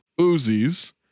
Uzis